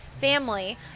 family